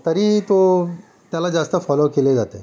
तरीही तो त्याला जास्त फॉलो केले जाते